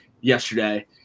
yesterday